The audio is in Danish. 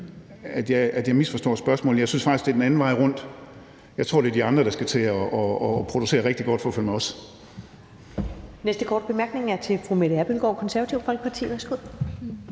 at jeg misforstår spørgsmålet, men jeg synes faktisk, det er den anden vej rundt: Jeg tror, det er de andre, der skal til at producere rigtig godt med energi